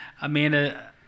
Amanda